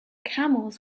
camels